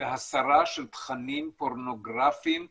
בהסרה של תכנים פורנוגרפיים קשים,